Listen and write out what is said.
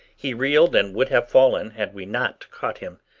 he reeled and would have fallen had we not caught him.